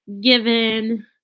given